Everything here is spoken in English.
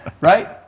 right